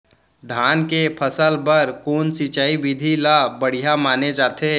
धान के फसल बर कोन सिंचाई विधि ला बढ़िया माने जाथे?